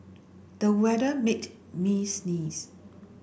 the weather made me sneeze